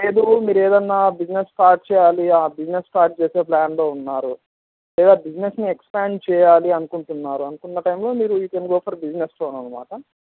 లేదు మీరు ఏదైనా బిజినెస్ స్టార్ట్ చెయ్యాలి ఆ బిజినెస్ స్టార్ట్ చేసే ప్లాన్లో ఉన్నారు లేదా బిజినెస్ని ఎక్స్పాండ్ చెయ్యాలి అనుకుంటున్నారు అనుకున్న టైంలో మీరు you can go for business loan అన్నమాట